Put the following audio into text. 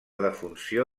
defunció